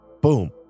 Boom